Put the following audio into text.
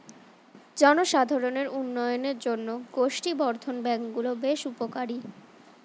জনসাধারণের উন্নয়নের জন্য গোষ্ঠী বর্ধন ব্যাঙ্ক গুলো বেশ উপকারী